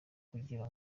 kugira